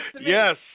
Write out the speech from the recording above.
Yes